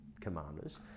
commanders